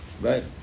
right